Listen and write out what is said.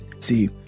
See